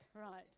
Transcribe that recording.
right